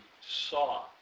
saw